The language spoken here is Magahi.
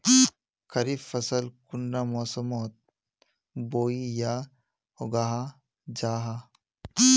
खरीफ फसल कुंडा मोसमोत बोई या उगाहा जाहा?